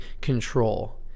control